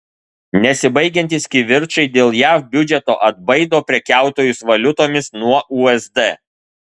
nesibaigiantys kivirčai dėl jav biudžeto atbaido prekiautojus valiutomis nuo usd